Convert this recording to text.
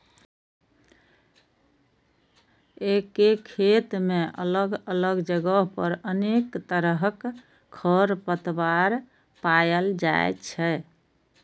एके खेत मे अलग अलग जगह पर अनेक तरहक खरपतवार पाएल जाइ छै